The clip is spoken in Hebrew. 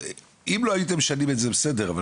אם לא הייתם משנים את זה, בסדר.